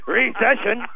recession